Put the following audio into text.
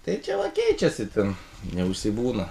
tai čia va keičiasi ten neužsibūna